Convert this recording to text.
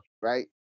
Right